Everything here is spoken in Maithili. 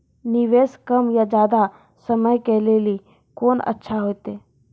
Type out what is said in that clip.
निवेश कम या ज्यादा समय के लेली कोंन अच्छा होइतै?